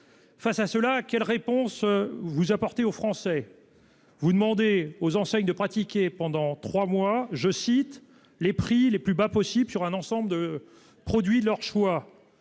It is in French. Face à cela, quelle réponse vous apportez aux Français. Vous demandez aux enseignes de pratiquer pendant 3 mois je cite les prix les plus bas possibles sur un ensemble de produits leur choix.